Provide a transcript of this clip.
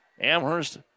Amherst